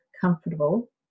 comfortable